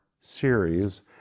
series